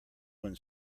when